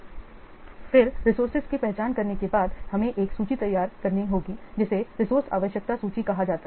तो फिर रिसोर्सेज की पहचान करने के बाद हमें एक सूची तैयार करनी होगी जिसे रिसोर्से आवश्यकता सूची कहा जाता है